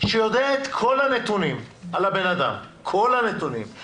יודע את כל הנתונים על הבן אדם כי נתנו